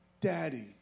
Daddy